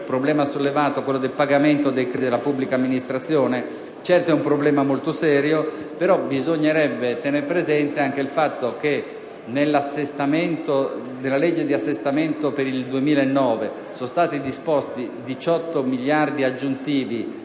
il problema sollevato circa il pagamento dei debiti della pubblica amministrazione, certo un problema molto serio; però bisognerebbe tener presente anche il fatto che nella legge di assestamento per il 2009 sono stati disposti 18 miliardi aggiuntivi